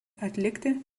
atlikti